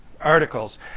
articles